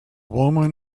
woman